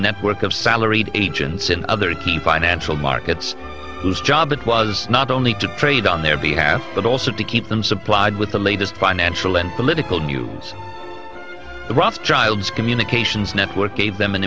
network of salaried agents in other key financial markets whose job it was not only to trade on their behalf but also to keep them supplied with the latest financial and political news the rough child's communications network gave them an